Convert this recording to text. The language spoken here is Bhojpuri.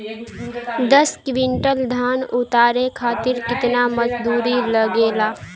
दस क्विंटल धान उतारे खातिर कितना मजदूरी लगे ला?